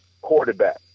quarterback